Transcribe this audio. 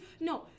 no